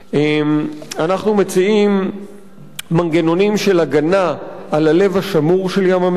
אנחנו מציעים מנגנונים של הגנה על הלב השמור של ים-המלח.